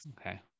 Okay